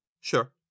sure